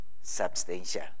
substantial